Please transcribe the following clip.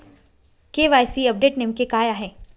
KYC update नेमके काय आहे?